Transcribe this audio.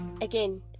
again